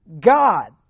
God